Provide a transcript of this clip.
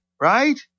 right